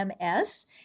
MS